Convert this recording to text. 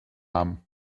haben